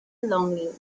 longing